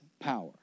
power